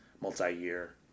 multi-year